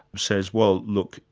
says, well look,